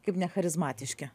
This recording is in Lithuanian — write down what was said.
kaip necharizmatiški